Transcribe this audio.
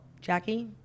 Jackie